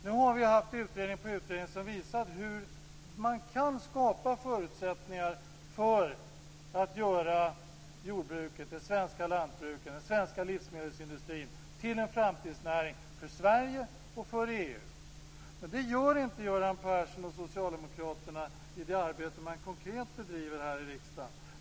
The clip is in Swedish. Nu har utredning på utredning visat hur man kan skapa förutsättningar för att göra jordbruket, det svenska lantbruket och den svenska livsmedelsindustrin till en framtidsnäring för Sverige och för EU. Men det gör inte Göran Persson och Socialdemokraterna i det arbete man konkret bedriver här i riksdagen.